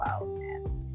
wow